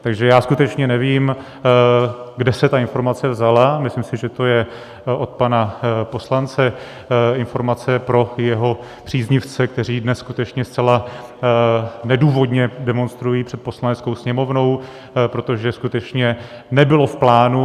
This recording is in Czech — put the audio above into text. Takže skutečně nevím, kde se ta informace vzala, a myslím si, že to je od pana poslance informace pro jeho příznivce, kteří dnes skutečně zcela nedůvodně demonstrují před Poslaneckou sněmovnou, protože to skutečně nebylo v plánu.